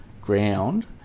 ground